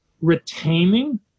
retaining